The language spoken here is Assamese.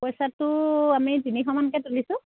পইচাটো আমি তিনিশ মানকৈ তুলিছোঁ